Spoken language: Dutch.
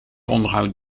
onderhoud